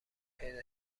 پیدا